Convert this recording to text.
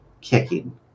kicking